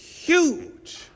huge